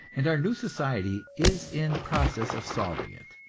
and our new society is in process of solving it.